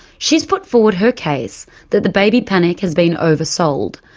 she has put forward her case that the baby panic has been oversold,